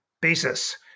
basis